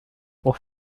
pour